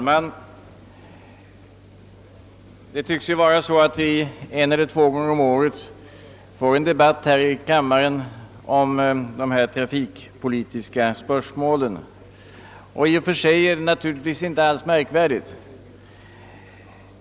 Herr talman! En eller två gånger om året får vi tydligen här i kammaren en debatt om de trafikpolitiska spörsmålen, och det är i och för sig inte alls märkvärdigt.